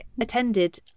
attended